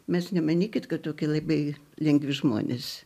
mes nemanykit kad tokie labai lengvi žmonės